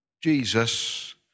Jesus